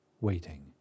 waiting